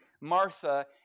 Martha